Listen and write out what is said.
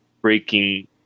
breaking